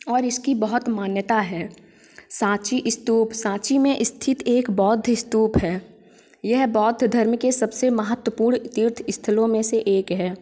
और इसकी बहुत मान्यता है साँची स्तूप सांची में स्थित एक बौद्ध स्तूप है यह बौद्ध धर्म के सबसे महत्वपूर्ण तीर्थ स्थलों में से एक है